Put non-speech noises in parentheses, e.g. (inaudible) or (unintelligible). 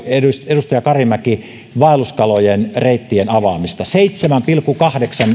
edustaja karimäki vaelluskalojen reittien avaamista seitsemän pilkku kahdeksan (unintelligible)